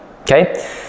okay